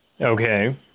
Okay